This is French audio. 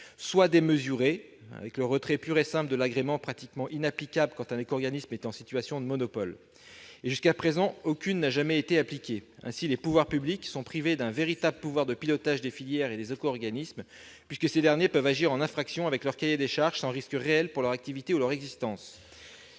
soit démesurées- je pense au retrait pur et simple de l'agrément, mesure pratiquement inapplicable quand un éco-organisme est en situation de monopole. D'ailleurs, jusqu'à présent, aucune sanction n'a jamais été appliquée. Aussi, les pouvoirs publics sont aujourd'hui privés d'un véritable pouvoir de pilotage des filières et des éco-organismes : ces derniers peuvent agir en infraction avec leur cahier des charges sans vrai risque pour leur activité ou leur existence.